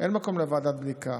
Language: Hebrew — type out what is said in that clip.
אין מקום לוועדת בדיקה.